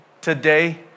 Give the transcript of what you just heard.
today